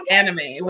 anime